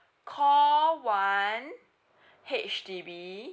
how one H_D_B